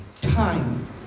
time